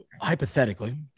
hypothetically